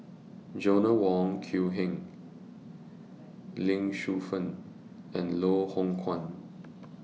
Joanna Wong Quee Heng Lee Shu Fen and Loh Hoong Kwan